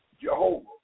Jehovah